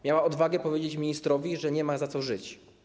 Miała odwagę powiedzieć ministrowi, że nie ma za co żyć.